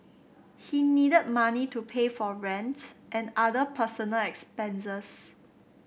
he needed money to pay for rent and other personal expenses